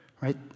right